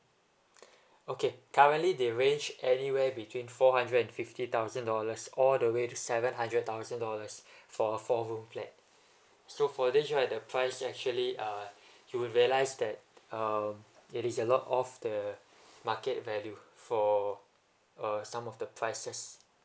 okay currently they range anywhere between four hundred and fifty thousand dollars all the way to seven hundred thousand dollars for a four room flat so for this right the price actually uh you realize that um it is a lot off the market value for uh some of the prices